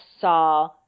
saw